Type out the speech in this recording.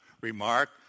remark